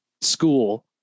school